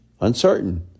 uncertain